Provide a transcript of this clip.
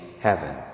heaven